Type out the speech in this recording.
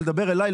ולדבר אליי,